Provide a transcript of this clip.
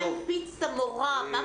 מה הקפיץ את המורה עד כדי כך?